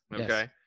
Okay